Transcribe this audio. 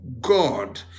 God